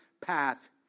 path